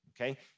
Okay